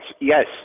Yes